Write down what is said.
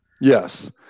Yes